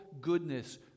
goodness